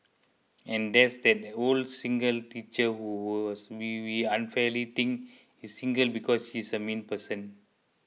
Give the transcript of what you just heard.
and there's that old single teacher who we was we we unfairly think is single because she's a mean person